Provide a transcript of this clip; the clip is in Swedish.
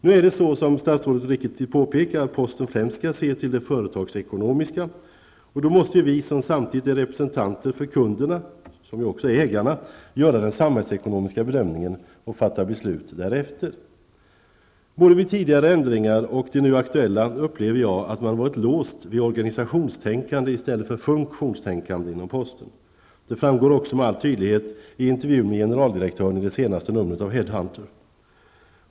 Om det nu är så, som statsrådet påpekar, att posten främst skall se till det företagsekonomiska, måste vi som samtidigt är representanter för kunderna, som ju också är ägarna, göra den samhällsekonomiska bedömningen och fatta beslut därefter. Både vid tidigare ändringar och de nu aktuella upplever jag att man varit låst vid organisationstänkande i stället för funktionstänkande inom posten. Det framgår också med all tydlighet i intervjun med generaldirektören i det senaste numret av Headhunter.